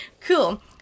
Cool